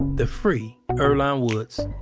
the free earlone woods